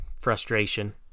frustration